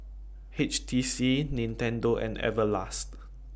H T C Nintendo and Everlast